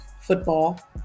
football